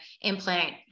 implant